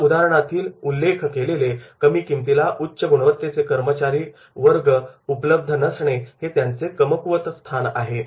या उदाहरणातील उल्लेख केलेले कमी किमतीला उच्च गुणवत्तेचे कर्मचारीवर्ग उपलब्ध नसणे हे त्याचे कमकुवत स्थान आहे